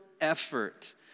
effort